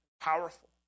powerful